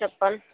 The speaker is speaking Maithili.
चप्पल